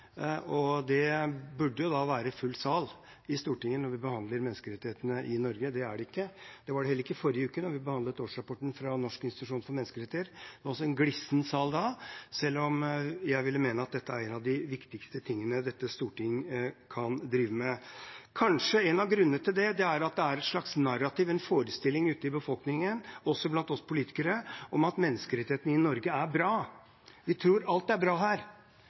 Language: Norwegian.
menneskerettigheter. Det burde være full sal i Stortinget når vi behandler menneskerettighetene i Norge, men det er det ikke. Det var det heller ikke i forrige uke, da vi behandlet årsrapporten fra Norges institusjon for menneskerettigheter. Det var en glissen sal også da, selv om jeg mener at dette er noe av det viktigste dette storting kan drive med. En av grunnene til det er kanskje at det er et slags narrativ, en forestilling, ute i befolkningen – også blant oss politikere – om at menneskerettighetene står sterkt i Norge. Vi tror at alt er bra her.